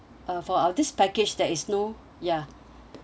uh for our this package there is no ya